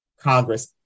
Congress